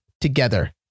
together